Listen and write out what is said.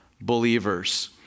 believers